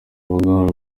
rubuga